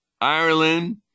Ireland